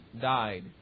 died